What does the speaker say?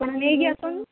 ଆପଣ ନେଇକି ଆସନ୍ତୁ